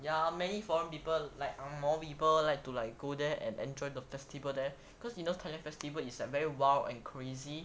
ya there are many foreign people like angmoh people like to like go there and enjoy the festival there cause you know thailand festival is like very wild and crazy